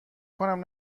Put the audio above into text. کنم